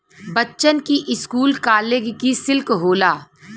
बच्चन की school college की सिल्क होला